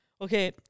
Okay